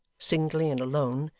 singly and alone,